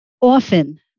Often